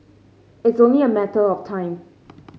it's only a matter of time